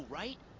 right